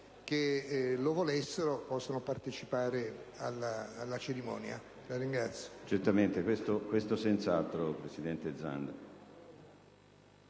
che lo desiderano possano partecipare alla cerimonia. La ringrazio.